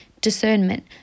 discernment